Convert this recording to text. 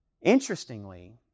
Interestingly